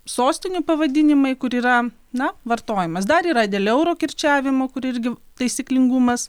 sostinių pavadinimai kur yra na vartojimas dar yra dėl euro kirčiavimo kur irgi taisyklingumas